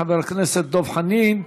חבר הכנסת דב חנין.